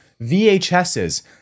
VHSs